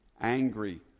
angry